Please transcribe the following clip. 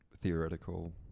theoretical